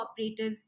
cooperatives